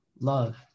love